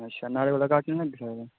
अच्छा न्हाड़े कोला घट्ट निं लग्गी सकदा